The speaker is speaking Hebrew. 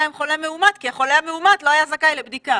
עם חולה מאומת כי החולה המאומת לא היה זכאי לבדיקה.